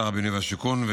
שר הבינוי והשיכון,